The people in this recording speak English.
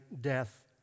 death